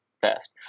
fast